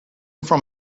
from